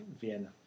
Vienna